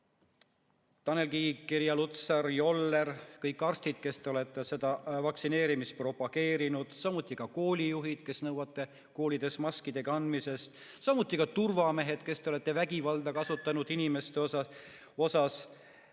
Tanel Kiik, Irja Lutsar, Joller, kõik arstid, kes te olete vaktsineerimist propageerinud, samuti koolijuhid, kes te nõuate koolides maskide kandmist, samuti turvamehed, kes te olete vägivalda kasutanud inimeste vastu,